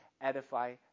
edify